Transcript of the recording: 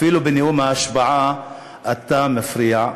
אפילו בנאום ההשבעה אתה מפריע.